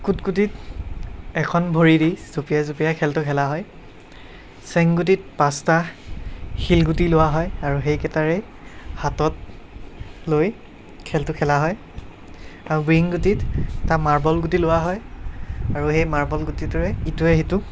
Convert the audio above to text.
কুটকুটিত এখন ভৰিয়েদি জপিয়াই জপিয়াই খেলটো খেলা হয় চেং গুটিত পাঁচটা শিলগুটি লোৱা হয় আৰু সেইকেইটাৰে হাতত লৈ খেলটো খেলা হয় আৰু বিৰিং গুটিত এটা মাৰ্বল গুটি লোৱা হয় আৰু সেই মাৰ্বল গুটিটোৰে ইটোৱে সিটোক